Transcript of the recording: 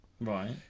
Right